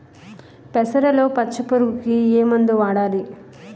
పెసరలో పచ్చ పురుగుకి ఏ మందు వాడాలి?